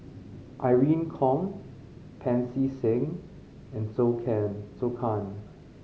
Irene Khong Pancy Seng and Zhou Can Zhou Can